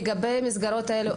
לגבי המסגרות האלה,